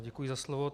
Děkuji za slovo.